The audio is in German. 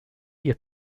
ihr